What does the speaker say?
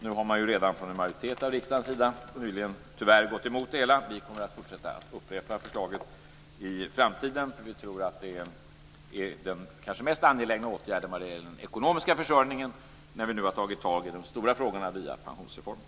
Tyvärr har en majoritet i riksdagen nyligen gått detta men vi kommer att fortsätta att upprepa förslaget även i framtiden eftersom vi tror att det här kanske är den mest angelägna åtgärden vad gäller den ekonomiska försörjningen; särskilt som vi nu har tagit tag i de stora frågorna via pensionsreformen.